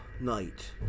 night